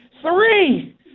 Three